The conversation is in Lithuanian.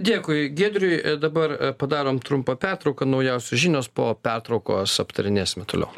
dėkui giedriui dabar padarom trumpą pertrauką naujausios žinios po pertraukos aptarinėsime toliau